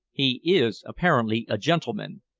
he is apparently a gentleman.